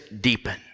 deepen